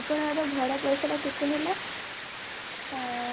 ଆପଣଙ୍କର ଭଡ଼ା ପଇସାଟା କେତେ ହେଲା